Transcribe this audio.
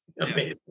amazing